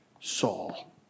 Saul